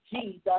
Jesus